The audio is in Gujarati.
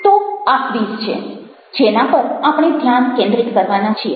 તો આ ક્વિઝ છે જેના પર આપણે ધ્યાન કેન્દ્રિત કરવાના છીએ